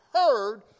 heard